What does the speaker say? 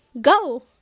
Go